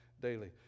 daily